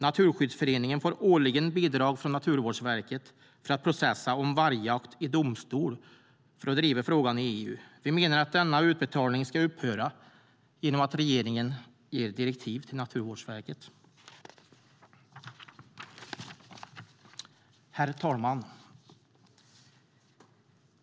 Naturskyddsföreningen får årligen bidrag från Naturvårdsverket för att processa om vargjakt i domstol och för att driva frågan i EU. Vi menar att denna utbetalning ska upphöra genom att regeringen ger direktiv till Naturvårdsverket.Herr talman!